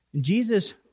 Jesus